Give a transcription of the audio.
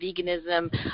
veganism